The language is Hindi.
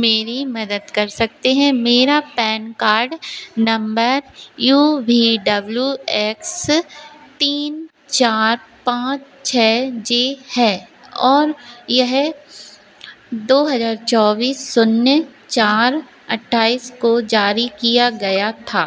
मेरी मदद कर सकते हैं मेरा पैन कार्ड नंबर यू भी डब्लू एक्स तीन चार पाँच छः जे है और यह दो हजार चौबीस शून्य चार अठ्ठाईस को जारी किया गया था